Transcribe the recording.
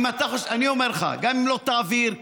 גם אם לא תעביר,